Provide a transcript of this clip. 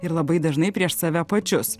ir labai dažnai prieš save pačius